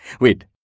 Wait